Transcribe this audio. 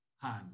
hand